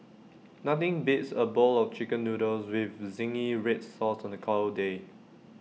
nothing beats A bowl of Chicken Noodles with Zingy Red Sauce on A cold day